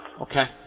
Okay